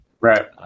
Right